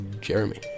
Jeremy